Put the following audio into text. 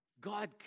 God